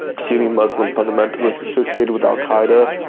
sunni muslim fundamentalists associated with al qaeda,